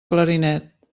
clarinet